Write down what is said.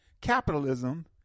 capitalism